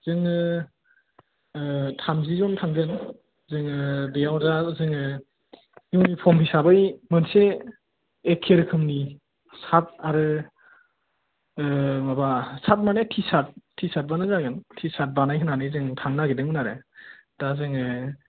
जोङो थामजि जन थांगोन जोङो बेयाव दा जोङो इउनिफर्म हिसाबै मोनसे एख्खे रोखोमनि सार्ट आरो माबा सार्ट माने टि सार्ट टि सार्टब्लानो जागोन टि सार्ट बानाय होनानै जोङो थांनो नागिरदोंमोन आरो दा जोङो